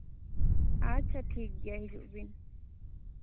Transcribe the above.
ᱟᱪᱪᱷᱟ ᱴᱷᱤᱠᱜᱮᱭᱟ ᱦᱤᱡᱩᱜ ᱵᱤᱱ